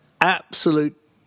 absolute